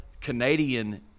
Canadian